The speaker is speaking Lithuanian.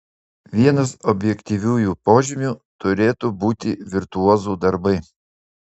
vienas objektyviųjų požymių turėtų būti virtuozų darbai